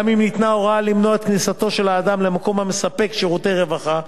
גם אם ניתנה הוראה למנוע את כניסתו של האדם למקום המספק שירותי רווחה,